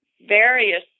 various